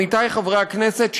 עמיתי חברי הכנסת,